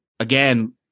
Again